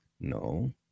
no